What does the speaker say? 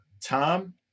Tom